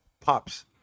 pops